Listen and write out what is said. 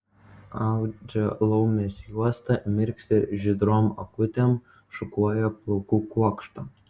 audžia laumės juostą mirksi žydrom akutėm šukuoja plaukų kuokštą